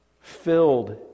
Filled